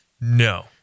No